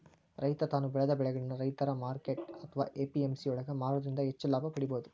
ರೈತ ತಾನು ಬೆಳೆದ ಬೆಳಿಗಳನ್ನ ರೈತರ ಮಾರ್ಕೆಟ್ ಅತ್ವಾ ಎ.ಪಿ.ಎಂ.ಸಿ ಯೊಳಗ ಮಾರೋದ್ರಿಂದ ಹೆಚ್ಚ ಲಾಭ ಪಡೇಬೋದು